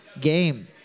game